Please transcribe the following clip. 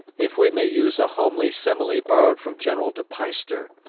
if we may use a homely simile borrowed from general de peyster,